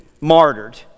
martyred